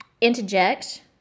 interject